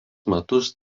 metus